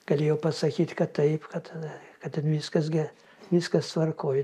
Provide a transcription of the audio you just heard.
galėjau pasakyt kad taip kad kas ten viskas ge viskas tvarkoj